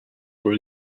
were